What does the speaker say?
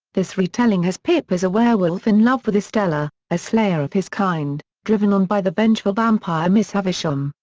this retelling has pip as a werewolf in love with estella, a slayer of his kind, driven on by the vengeful vampire miss havisham.